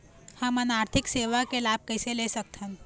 हमन आरथिक सेवा के लाभ कैसे ले सकथन?